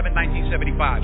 1975